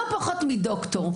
לא פחות מדוקטור,